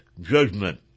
judgment